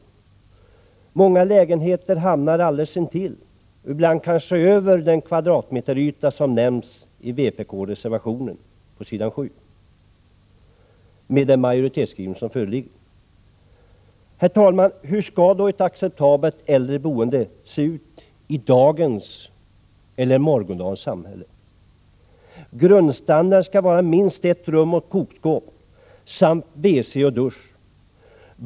Med den föreliggande majoritetsskrivningen kommer många lägenheter att hamna alldeles intill och ibland kanske över den kvadratmeteryta som nämns i vpk-reservationen. Herr talman! Hur skall då ett acceptabelt äldreboende se ut i dagens eller morgondagens samhälle? Grundstandarden skall vara minst ett rum och kokskåp samt wc och dusch.